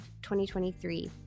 2023